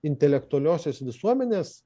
intelektualiosios visuomenės